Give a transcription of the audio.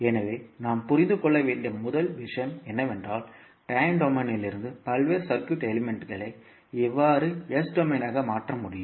எனவே நாம் புரிந்து கொள்ள வேண்டிய முதல் விஷயம் என்னவென்றால் டைம் டொமைனிலிருந்து பல்வேறு சர்க்யூட் எலிமெண்ட்களை எவ்வாறு S டொமைனயாக மாற்ற முடியும்